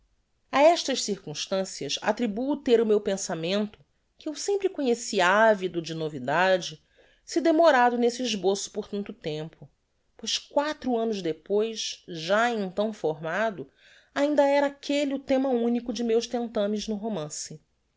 estas circumstancias attribuo ter o meu pensamento que eu sempre conheci avido de novidade se demorado nesse esboço por tanto tempo pois quatro annos depois já então formado ainda era aquelle o thema unico de meus tentamens no romance